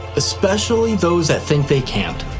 especially those that think they can't.